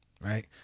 right